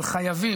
אבל חייבים,